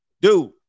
dude